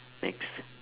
next